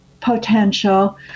potential